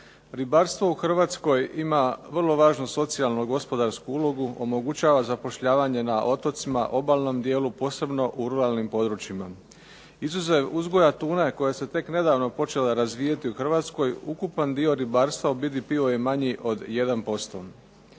Ribarstvo u Hrvatskoj ima vrlo važnu socijalno-gospodarsku ulogu, omogućava zapošljavanje na otocima, obalnom dijelu, posebno u ruralnim područjima. Izuzev uzgoja tune koja se tek nedavno počela razvijati u Hrvatskoj, ukupan dio ribarstva u BDP-u je manji od 1%.